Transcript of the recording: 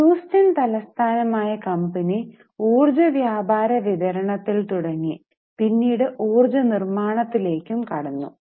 Houston തലസ്ഥാനമായ company ഊർജ്ജ വ്യാപാര വിതരണത്തിൽ തുടങ്ങി പിന്നീട് ഊർജ്ജ നിര്മാണത്തിലേക്കും കടന്നു